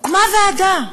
הוקמה ועדה,